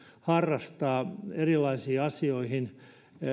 harrastaa erilaisiin asioihin